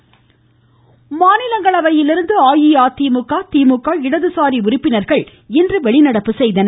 மாநிலங்களவை மாநிலங்களவையிலிருந்து அஇஅதிமுக திமுக இடது சாரி உறுப்பினர்கள் இன்று வெளிநடப்பு செய்தனர்